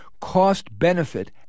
cost-benefit